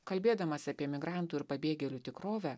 kalbėdamas apie migrantų ir pabėgėlių tikrovę